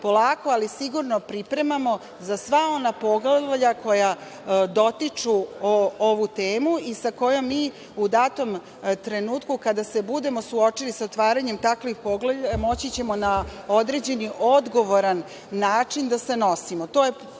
polako, ali sigurno, pripremamo za sva ona poglavlja koja dotiču ovu temu i sa kojom mi u datom trenutku, kada se budemo suočili sa otvaranjem takvih poglavlja moći ćemo na određen i odgovoran način da se nosimo.